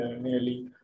nearly